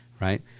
Right